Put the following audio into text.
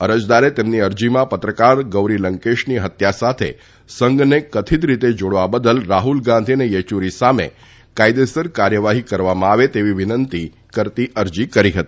અરજદારે તેમની અરજીમાં પત્રકાર ગૌરી લંકેશની હત્યા સાથે સંઘને કથિત રીતે જોડવા બદલ રાહ્લ ગાંધી અને યેચ્રરી સામે કાયદેસર કાર્યવાહી કરવામાં આવે તેવી વિનંતી કરતી અરજી કરી હતી